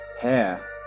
hair